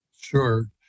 Sure